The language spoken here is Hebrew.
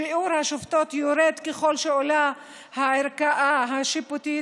שיעור השופטות יורד ככל שעולה הערכאה השיפוטית,